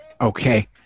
Okay